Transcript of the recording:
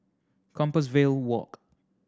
Compassvale Walk